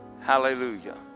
hallelujah